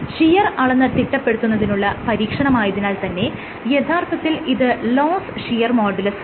shear അളന്ന് തിട്ടപ്പെടുത്തുന്നതിനുള്ള പരീക്ഷണമായതിനാൽ തന്നെ യഥാർത്ഥത്തിൽ ഇത് ലോസ്സ് ഷിയർ മോഡുലസാണ്